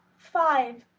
five.